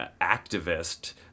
activist